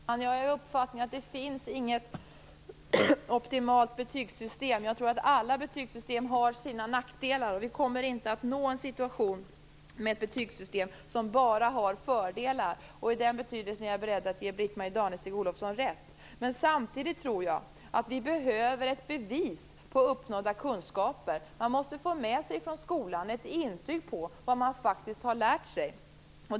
Fru talman! Jag är av den uppfattningen att det inte finns något optimalt betygssystem. Jag tror att alla betygssystem har sina nackdelar, och vi kommer inte att nå en situation med ett betygssystem som bara har fördelar. I den betydelsen är jag beredd att ge Britt-Marie Danestig-Olofsson rätt. Samtidigt tror jag att vi behöver ett bevis på uppnådda kunskaper. Man måste få med sig från skolan ett intyg på vad man faktiskt har lärt sig.